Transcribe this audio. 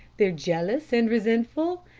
they're jealous and resentful,